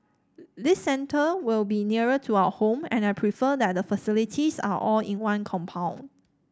this centre will be nearer to our home and I prefer that the facilities are all in one compound